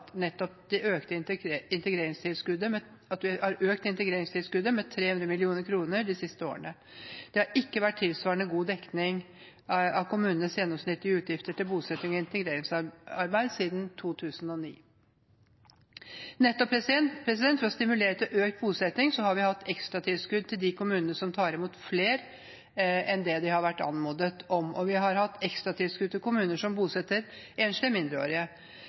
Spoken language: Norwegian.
integreringstilskuddet – med 300 mill. kr de siste årene. Det har ikke vært tilsvarende god dekning av kommunenes gjennomsnittlige utgifter til bosettings- og integreringsarbeid siden 2009. For å stimulere til økt bosetting har vi bevilget ekstratilskudd til de kommunene som tar imot flere enn det de har vært anmodet om. Vi har gitt ekstratilskudd til kommuner som bosetter enslige mindreårige.